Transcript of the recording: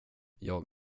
jag